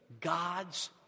God's